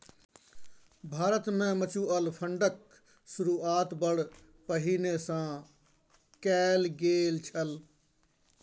भारतमे म्यूचुअल फंडक शुरूआत बड़ पहिने सँ कैल गेल छल